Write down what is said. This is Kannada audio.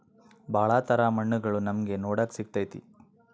ಭಾಳ ತರ ಮಣ್ಣುಗಳು ನಮ್ಗೆ ನೋಡಕ್ ಸಿಗುತ್ತದೆ